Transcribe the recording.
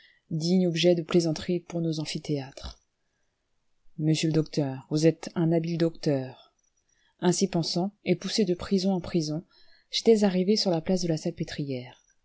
digne objet de plaisanterie pour nos amphithéâtres monsieur le docteur vous êtes un habile docteur ainsi pensant et poussé de prison en prison j'étais arrivé sur la place de la salpêtrière